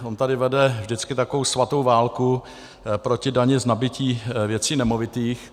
On tady vede vždycky takovou svatou válku proti dani z nabytí věcí nemovitých.